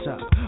up